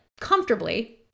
comfortably